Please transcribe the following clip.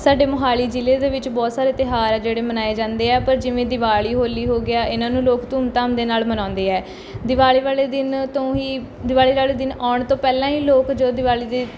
ਸਾਡੇ ਮੋਹਾਲੀ ਜ਼ਿਲ੍ਹੇ ਦੇ ਵਿੱਚ ਬਹੁਤ ਸਾਰੇ ਤਿਉਹਾਰ ਆ ਜਿਹੜੇ ਮਨਾਏ ਜਾਂਦੇ ਆ ਪਰ ਜਿਵੇਂ ਦੀਵਾਲੀ ਹੋਲੀ ਹੋ ਗਿਆ ਇਹਨਾਂ ਨੂੰ ਲੋਕ ਧੂਮ ਧਾਮ ਦੇ ਨਾਲ ਮਨਾਉਂਦੇ ਹੈ ਦੀਵਾਲੀ ਵਾਲੇ ਦਿਨ ਤੋਂ ਹੀ ਦੀਵਾਲੀ ਵਾਲੇ ਦਿਨ ਆਉਣ ਤੋਂ ਪਹਿਲਾਂ ਹੀ ਲੋਕ ਜੋ ਦੀਵਾਲੀ ਦੀ